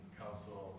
council